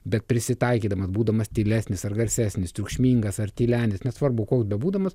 bet prisitaikydamas būdamas tylesnis ar garsesnis triukšmingas ar tylenis nesvarbu koks bebūdamas